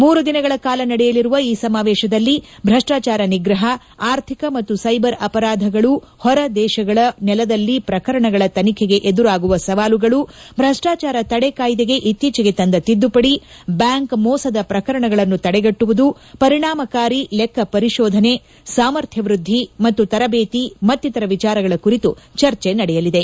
ಮೂರು ದಿನಗಳ ಕಾಲ ನಡೆಯಲಿರುವ ಈ ಸಮಾವೇಶದಲ್ಲಿ ಭ್ರಷ್ಟಾಚಾರ ನಿಗ್ರಹ ಆರ್ಥಿಕ ಮತ್ತು ಸೈಬರ್ ಅಪರಾಧಗಳು ಹೊರ ದೇಶಗಳ ನೆಲದಲ್ಲಿ ಪ್ರಕರಣಗಳ ತನಿಖೆಗೆ ಎದುರಾಗುವ ಸವಾಲುಗಳು ಭ್ರಷ್ಲಾಚಾರ ತಡೆ ಕಾಯ್ಲೆಗೆ ಇತ್ತೀಚೆಗೆ ತಂದ ತಿದ್ಲುಪಡಿ ಬ್ಲಾಂಕ್ ಮೋಸದ ಪ್ರಕರಣಗಳನ್ನು ತಡೆಗಟ್ಟುವುದು ಪರಿಣಾಮಕಾರಿ ಲೆಕ್ಕ ಪರಿಶೋಧನೆ ಸಾಮರ್ಥ್ಣ ವೃದ್ದಿ ಮತ್ತು ತರದೇತಿ ಮತ್ತಿತರ ವಿಚಾರಗಳ ಕುರಿತು ಚರ್ಚೆ ನಡೆಯಲಿದೆ